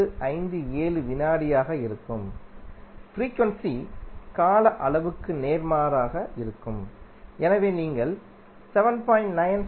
1257 வினாடியாக இருக்கும் ஃப்ரீக்யுண்சி கால அளவுக்கு நேர்மாறாக இருக்கும் எனவே நீங்கள் 7